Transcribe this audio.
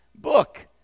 book